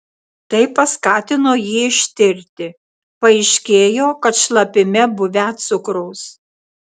tai paskatino jį ištirti paaiškėjo kad šlapime buvę cukraus